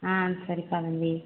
ஆ சரிப்பா தம்பி